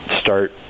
start